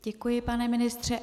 Děkuji, pane ministře.